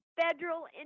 federal